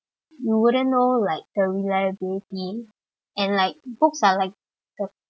you wouldn't know like the reliability and like books are like the